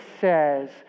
says